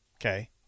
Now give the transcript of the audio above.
Okay